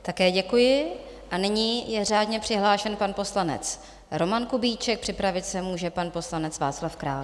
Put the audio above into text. Také děkuji a nyní je řádně přihlášen pan poslanec Roman Kubíček, připravit se může pan poslanec Václav Král.